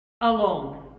Alone